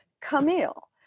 camille